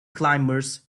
climbers